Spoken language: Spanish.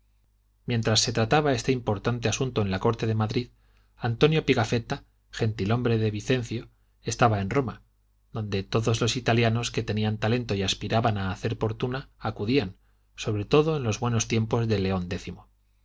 mientras se trataba de este importante asunto en la corte de madrid antonio pigafetta gentilhombre de vicencio estaba en roma donde todos los italianos que tenían talento y aspiraban a hacer fortuna acudían sobre todo en los buenos tiempos de león x